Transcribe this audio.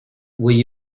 will